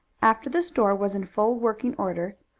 after the store was in full working order,